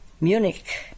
Munich